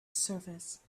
surface